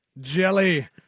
Jelly